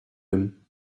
him